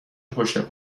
پشت